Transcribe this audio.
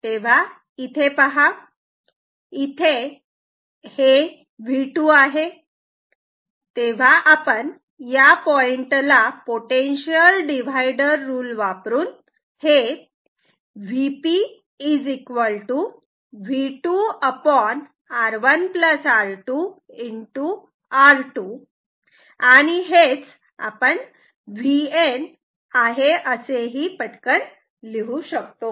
तेव्हा इथे पहा इथे हे V2 आहे तेव्हा या पॉइंटला पोटेन्शियल डिव्हायडर रुल वापरून मी Vp V2R1R2 x R2 VN हे असे पटकन लिहू शकतो